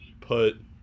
put